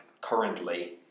currently